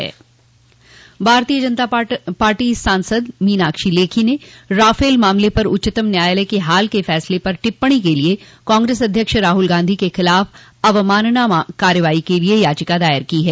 भारतीय जनता पार्टी सांसद मीनाक्षी लेखी ने राफ़ेल मामले पर उच्चतम न्यायालय के हाल के फैसले पर टिप्पणी के लिए कांग्रेस अध्यक्ष राहुल गांधी के खिलाफ अवमानना कार्रवाई के लिये याचिका दायर की ह